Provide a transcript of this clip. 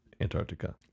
Antarctica